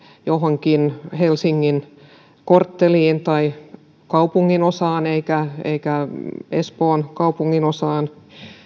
johonkin helsingin kortteliin tai kaupunginosaan eikä eikä espoon kaupunginosaan